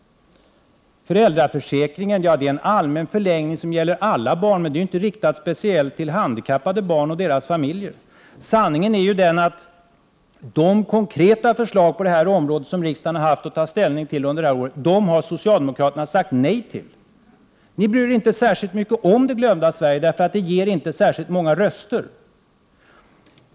Föräldraförsäkringen — det är en allmän förlängning, som gäller alla barn. Den är inte riktad speciellt till handikappade barn och deras familjer. Sanningen är att de konkreta förslag som riksdagen haft att ta ställning till under det här året har socialdemokraterna sagt nej till. Ni bryr er inte särskilt mycket om det glömda Sverige, därför att det inte ger särskilt många röster!